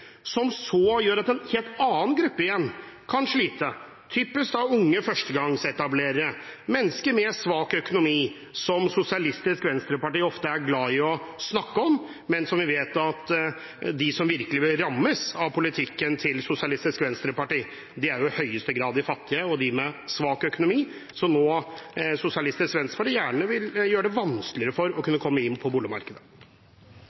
som så gjør at en helt annen gruppe må slite – typisk unge førstegangsetablerere, mennesker med svak økonomi, som Sosialistisk Venstreparti ofte er glad i å snakke om. Men vi vet at de som virkelig rammes av politikken til Sosialistisk Venstreparti, i høyeste grad er de fattige og dem med svak økonomi, som Sosialistisk Venstreparti nå gjerne vil gjøre det vanskeligere for å